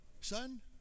Son